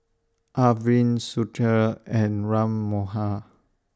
Arvind Sudhir and Ram Manohar